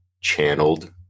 channeled